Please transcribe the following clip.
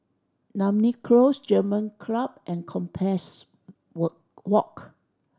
Namly Close German Club and Compassvale Wo Walk